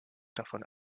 davon